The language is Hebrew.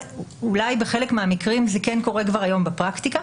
שאולי בחלק מהמקרים זה כן קורה כבר היום בפרקטיקה,